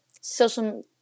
social